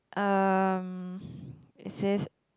um it says